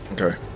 Okay